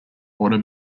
order